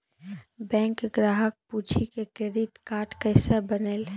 Bank ग्राहक पुछी की क्रेडिट कार्ड केसे बनेल?